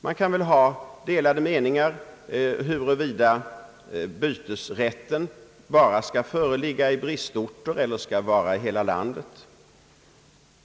Man kan väl ha delade meningar om huruvida bytesrätten skall föreligga bara i bristorter eller i hela landet.